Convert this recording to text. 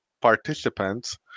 participants